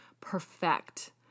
perfect